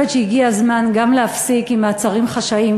אני חושבת שהגיע הזמן גם להפסיק עם מעצרים חשאיים,